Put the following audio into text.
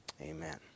Amen